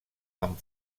amb